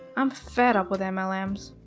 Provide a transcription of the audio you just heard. i'm fed up with um ah like mlms.